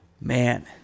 Man